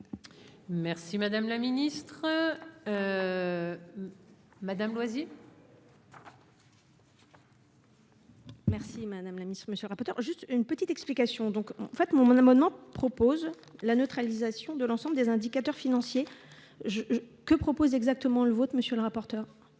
Merci madame la ministre Madame Loisy. Merci madame la ministre, monsieur le rapporteur, juste une petite explication, donc en fait mon mon amendement propose la neutralisation de l'ensemble des indicateurs financiers je que propose exactement le vôtre, monsieur le rapporteur.